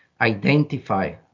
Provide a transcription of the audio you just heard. identify